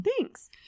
Thanks